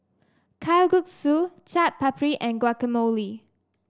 Kalguksu Chaat Papri and Guacamole